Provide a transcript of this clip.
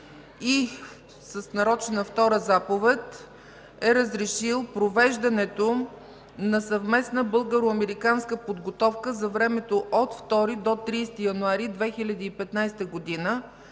С нарочна втора заповед е разрешил провеждането на съвместна българо-американска подготовка за времето 2 – 30 януари 2015 г.,